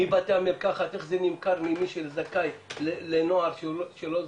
מבתי המרקחת איך זה נמכר ממי שזכאי לנוער שהוא לא זכאי.